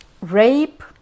rape